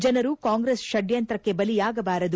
ಜನರು ಕಾಂಗ್ರೆಸ್ ಷಡ್ಡಂತ್ರಕ್ಕೆ ಬಲಿಯಾಗಬಾರದು